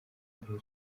mbere